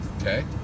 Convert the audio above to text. Okay